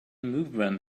movement